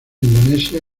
indonesia